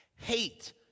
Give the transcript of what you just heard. Hate